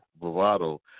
bravado